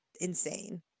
insane